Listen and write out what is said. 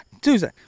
Tuesday